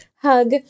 hug